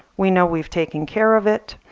we know we've taken care of it